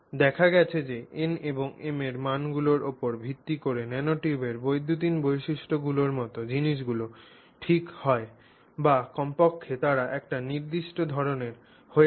দেখা গেছে যে n এবং m এর মানগুলির উপর ভিত্তি করে ন্যানোটিউবের বৈদ্যুতিন বৈশিষ্ট্যগুলির মতো জিনিসগুলি ঠিক হয় বা কমপক্ষে তারা একটি নির্দিষ্ট ধরণের হয়ে থাকে